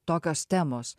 tokios temos